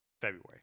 February